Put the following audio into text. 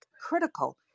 critical